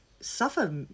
suffer